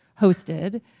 hosted